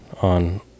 on